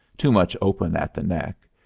too much open at the neck,